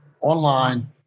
online